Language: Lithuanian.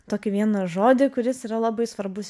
tokį vieną žodį kuris yra labai svarbus